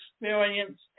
experience